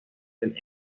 del